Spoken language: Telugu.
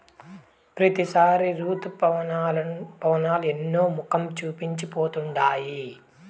ప్రతిసారి రుతుపవనాలు ఎన్నో మొఖం చూపించి పోతుండాయి